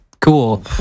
cool